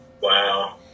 Wow